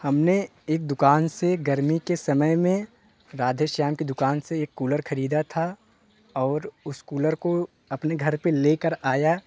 हमने एक दुकान से गर्मी के समय में राधेश्याम की दुकान से एक कूलर खरीदा था और उस कूलर को अपने घर पर लेकर आया